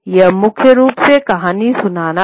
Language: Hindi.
यह मुख्य रूप से कहानी सुनाना था